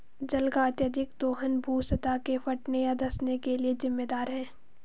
जल का अत्यधिक दोहन भू सतह के फटने या धँसने के लिये जिम्मेदार है